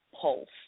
pulse